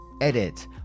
Edit